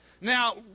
Now